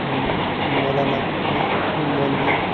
مولانا یہِ موٗلوی